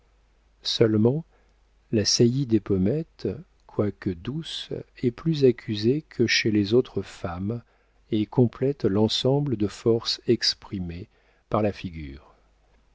seulement la saillie des pommettes quoique douce est plus accusée que chez les autres femmes et complète l'ensemble de force exprimé par la figure